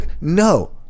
no